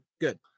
Good